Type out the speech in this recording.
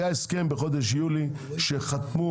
היה הסכם בחודש יולי שחתמו,